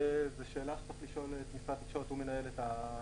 זו שאלה שצריך לשאול את משרד התקשורת כי הוא מנהל את הגבייה.